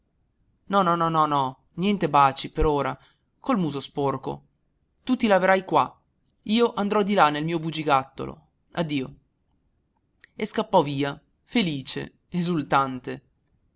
no no no no no niente baci per ora col muso sporco tu ti laverai qua io andrò di là nel mio bugigattolino addio e scappò via felice esultante